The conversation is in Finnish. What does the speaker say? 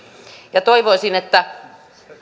toivoisin että